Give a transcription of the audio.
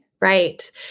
Right